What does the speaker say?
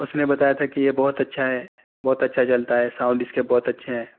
اس نے بتایا تھا کہ یہ بہت اچھا ہے بہت اچھا چلتا ہے ساؤنڈ اس کے بہت اچھے ہیں